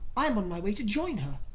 i am on my way to join her.